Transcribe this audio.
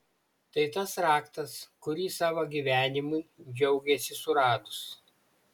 tai tas raktas kurį savo gyvenimui džiaugėsi suradus